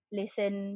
listen